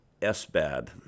SBAD